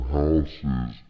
houses